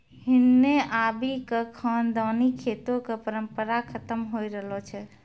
हिन्ने आबि क खानदानी खेतो कॅ परम्परा खतम होय रहलो छै